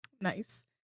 nice